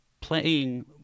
playing